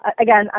again